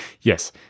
yes